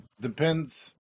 depends